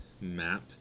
MAP